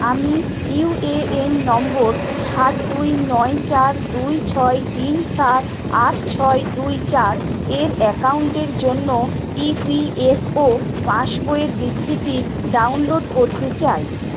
আমি UAN number সাত দুই নয় চার দুই ছয় তিন সাত আট ছয় দুই চার এর অ্যাকাউন্টের জন্য ইপিএফও পাসবইয়ের বিবৃতি ডাউনলোড করতে চাই